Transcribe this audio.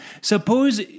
Suppose